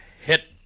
hit